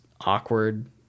awkward